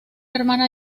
hermana